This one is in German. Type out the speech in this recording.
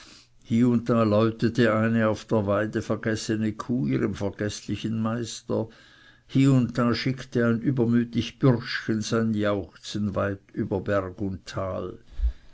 da läutete eine auf der weide vergessene kuh ihrem vergeßlichen meister hie und da schickte ein übermütig bürschchen sein jauchzen weit über berg und tal